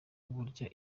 burya